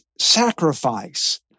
sacrifice